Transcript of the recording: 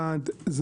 אחד,